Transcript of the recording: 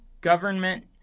government